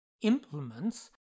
Implements